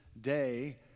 day